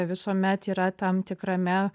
visuomet yra tam tikrame